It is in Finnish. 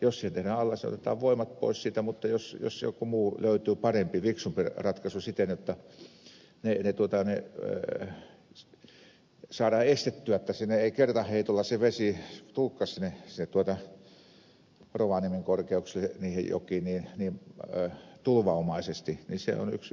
jos siihen tehdään allas otetaan voimat pois siitä mutta jos löytyy parempi fiksumpi ratkaisu siten että saadaan estettyä ettei kertaheitolla vesi tulekaan sinne rovaniemen korkeuksille jokiin niin tulvanomaisesti niin se on yksi mahdollisuus